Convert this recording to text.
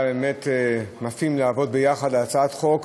היה באמת מפעים לעבוד ביחד על הצעת חוק